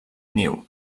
niu